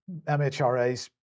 MHRA's